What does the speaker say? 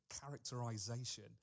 characterization